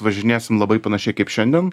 važinėsim labai panašiai kaip šiandien